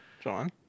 John